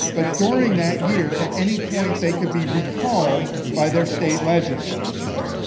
but during that year, at any point, they could be recalled by their state legislatures.